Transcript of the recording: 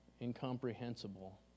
incomprehensible